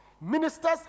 Ministers